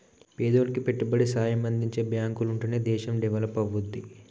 పేదోనికి పెట్టుబడి సాయం అందించే బాంకులుంటనే దేశం డెవలపవుద్ది